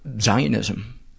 Zionism